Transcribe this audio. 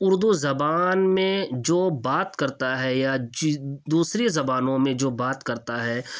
اردو زبان میں جو بات کرتا ہے یا جو دوسری زبانوں میں جو بات کرتا ہے